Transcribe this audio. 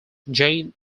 jane